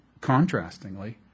contrastingly